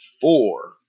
four